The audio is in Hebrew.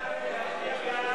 סעיף 2,